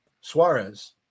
Suarez